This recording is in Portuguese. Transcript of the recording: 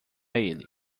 ele